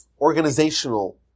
organizational